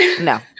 No